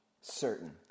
certain